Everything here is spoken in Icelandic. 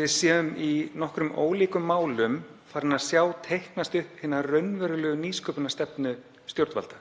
við séum í nokkrum ólíkum málum farin að sjá teiknast upp hina raunverulegu nýsköpunarstefnu stjórnvalda.